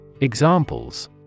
Examples